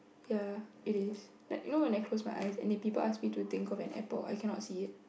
ya it is like you know when I close my eyes and if people ask me to think of an apple I cannot see it